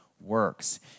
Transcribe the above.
works